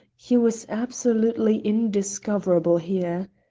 he was absolutely indiscoverable here.